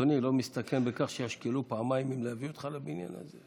אדוני לא מסתכן בכך שישקלו פעמיים אם להביא אותך לבניין הזה?